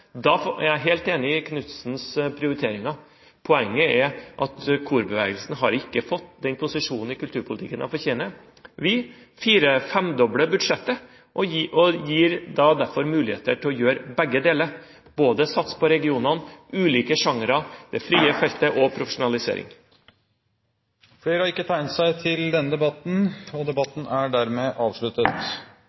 Da er jeg helt enig i Knutsens prioriteringer. Poenget er at korbevegelsen ikke har fått den posisjonen i kulturpolitikken den fortjener. Vi fire-femdobler budsjettet og gir derfor muligheter til å gjøre begge deler, å satse på både regionene, de ulike sjangere, det frie feltet og profesjonalisering. Flere har ikke bedt om ordet til sakene nr. 1–5. Etter ønske fra familie- og